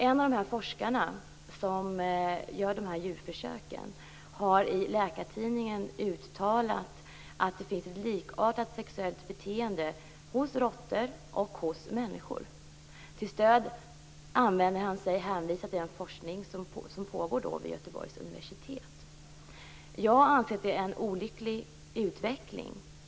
En av de forskare som gör dessa djurförsök har i Läkartidningen uttalat att det finns ett likartat sexuellt beteende hos råttor och människor. Till stöd för detta uttalande hänvisar han till den forskning som pågår vid Göteborgs universitet. Jag anser att det är en olycklig utveckling.